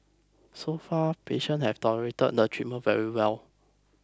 so far patients have tolerated the treatment very well